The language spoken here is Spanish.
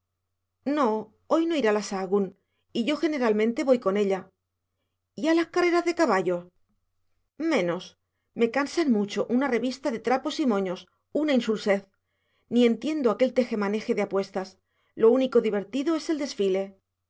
no hoy no irá la sahagún y yo generalmente voy con ella y a las carreras de caballos menos me cansan mucho una revista de trapos y moños una insulsez ni entiendo aquel tejemaneje de apuestas lo único divertido es el desfile